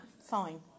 fine